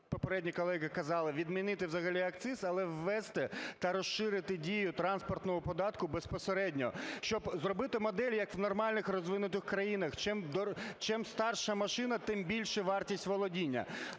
попередні колеги казали, відмінити взагалі акциз, але ввести та розширити дію транспортного податку безпосередньо, щоб зробити модель, як в нормальних розвинутих країнах: чим старша машина, тим більша вартість володіння.